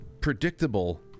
predictable